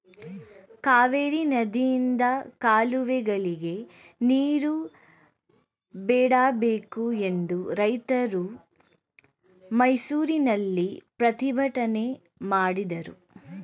ಕಾವೇರಿ ನದಿಯಿಂದ ಕಾಲುವೆಗಳಿಗೆ ನೀರು ಬಿಡಬೇಕು ಎಂದು ರೈತರು ಮೈಸೂರಿನಲ್ಲಿ ಪ್ರತಿಭಟನೆ ಮಾಡಿದರು